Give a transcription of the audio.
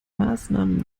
maßnahmen